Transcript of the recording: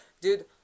Dude